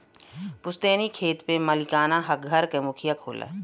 पुस्तैनी खेत पे मालिकाना हक घर क मुखिया क होला